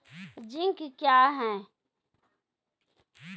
Zinc क्या हैं?